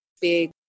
big